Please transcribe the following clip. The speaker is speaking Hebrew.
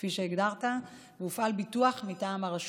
כפי שהגדרת, והופעל ביטוח מטעם הרשות.